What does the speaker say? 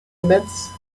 immense